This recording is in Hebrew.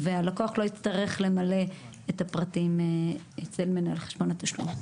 והלקוח לא יצטרך למלא את הפרטים אצל מנהל חשבון התשלום.